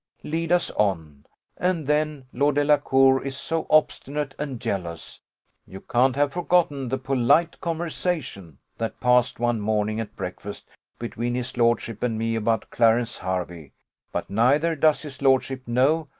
lead us on and then, lord delacour is so obstinate and jealous you can't have forgotten the polite conversation that passed one morning at breakfast between his lordship and me about clarence hervey but neither does his lordship know,